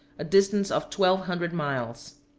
a distance of twelve hundred miles.